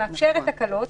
שמאפשרת הקלות,